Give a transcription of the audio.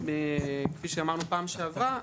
כפי שאמרנו בפעם שעברה,